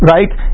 Right